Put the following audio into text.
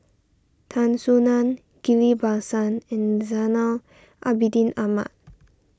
Tan Soo Nan Ghillie Basan and Zainal Abidin Ahmad